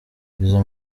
izo